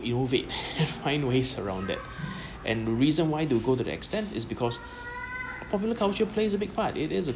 innovate have find ways around that and the reason why do go to the extent is because popular culture plays a big part it is a